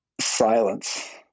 silence